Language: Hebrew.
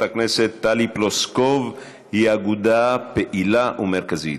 הכנסת טלי פלוסקוב היא אגודה פעילה ומרכזית.